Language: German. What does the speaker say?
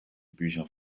bücher